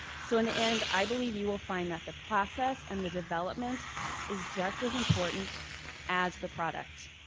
so in the end, i believe you will find that the process and the development is just as important as the product.